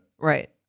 Right